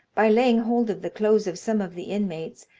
by laying hold of the clothes of some of the inmates,